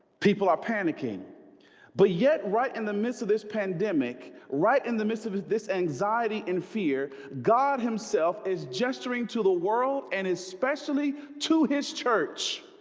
people are panicking but yet right in the midst of this pandemic right in the midst of is this anxiety and fear god himself is gesturing to the world and especially to his church